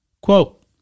Quote